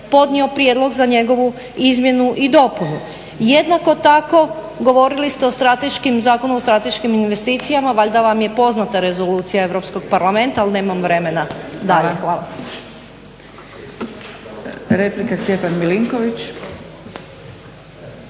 podnio prijedlog za njegovu izmjenu i dopunu. Jednako tako govorili ste o strateškim, Zakonu o strateškim investicijama. Valjda vam je poznata Rezolucija Europskog parlamenta, ali nemam vremena dalje.